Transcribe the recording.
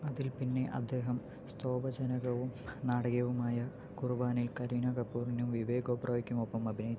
അതിൽ പിന്നെ അദ്ദേഹം സ്തോഭജനകവും നാടകീയവുമായ കുർബാനിൽ കരീന കപൂറിനും വിവേക് ഒബ്റോയ്ക്കുമൊപ്പം അഭിനയിച്ചു